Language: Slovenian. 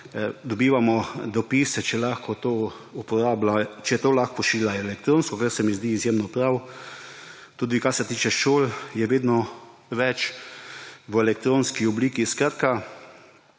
dobivamo dopise, če se lahko to pošilja elektronsko, kar se mi zdi izjemno prav. Tudi, kar se tiče šol, je vedno več v elektronski obliki. Skratka,